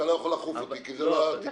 אתה לא יכול לאכוף אותי כי זה לא תקני.